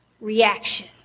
reaction